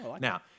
Now